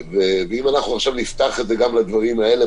ואם אנחנו עכשיו נפתח את זה גם לדברים האלה,